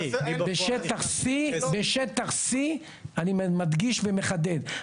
אני מדגיש ומחדד,